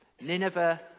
Nineveh